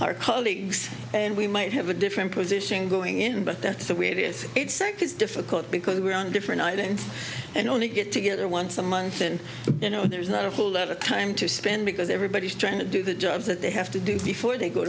our colleagues and we might have a different position going in but that's the way it is is difficult because we're on different things and only get together once a month and you know there's not a whole lot of time to spend because everybody's trying to do the job that they have to do before they go